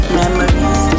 memories